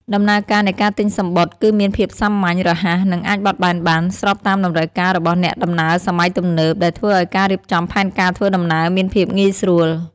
ដំណើរការនៃការទិញសំបុត្រគឺមានភាពសាមញ្ញ រហ័ស និងអាចបត់បែនបាន ស្របតាមតម្រូវការរបស់អ្នកដំណើរសម័យទំនើប ដែលធ្វើឱ្យការរៀបចំផែនការធ្វើដំណើរមានភាពងាយស្រួល។